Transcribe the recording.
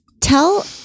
Tell